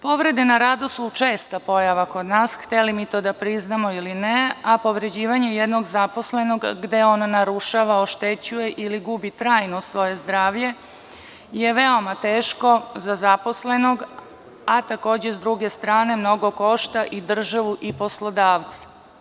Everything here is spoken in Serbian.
Povrede na radu su česta pojava kod nas, hteli mi to da priznamo ili ne, a povređivanje jednog zaposlenog gde on narušava, oštećuje ili gubi trajno svoje zdravlje je veoma teško za zaposlenog, a takođe sa druge strane mnogo košta i državu i poslodavca.